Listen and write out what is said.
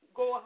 go